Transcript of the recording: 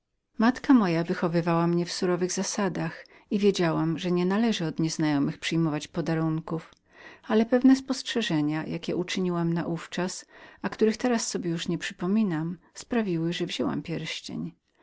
matka moja wychowywała mnie w surowych zasadach wiedziałam że nienależało od nieznajomych przyjmować podarunków ale pewne uwagi jakie uczyniłam naówczas a które teraz sobie przypominam spowodowały że wzięłam pierścień